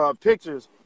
pictures